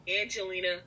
Angelina